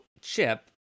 Chip